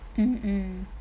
mmhmm